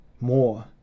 more